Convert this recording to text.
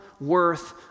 worth